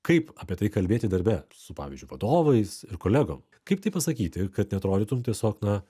kaip apie tai kalbėti darbe su pavyzdžiui vadovais ir kolegom kaip tai pasakyti kad neatrodytum tiesiog na